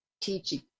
teaching